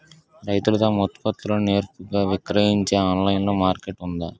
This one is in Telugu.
రైతులు తమ ఉత్పత్తులను నేరుగా విక్రయించే ఆన్లైన్ మార్కెట్ ఉందా?